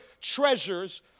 treasures